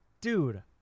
Dude